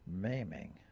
maiming